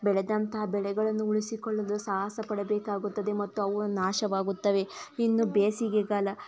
ಬೆಳೆದಂತಹ ಬೆಳೆಗಳನ್ನು ಉಳಿಸಿಕೊಳ್ಳಲು ಸಾಹಸ ಪಡಬೇಕಾಗುತ್ತದೆ ಮತ್ತು ಅವುಗಳು ನಾಶವಾಗುತ್ತವೆ ಇನ್ನು ಬೇಸಿಗೆಕಾಲ